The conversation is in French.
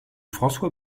françois